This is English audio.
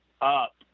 up